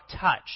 touch